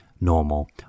normal